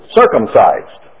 circumcised